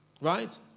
right